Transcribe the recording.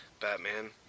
Batman